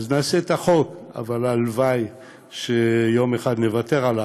אז נעשה את החוק, אבל הלוואי שיום אחד נוותר עליו,